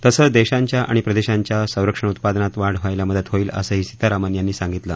तसंच देशांच्या आणि प्रदेशाच्या संरक्षण उत्पादनात वाढ व्हयला मदत होईल असंही सीतारामन यांनी सांगितलं